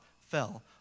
fell